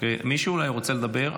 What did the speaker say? מישהו אולי רוצה לדבר?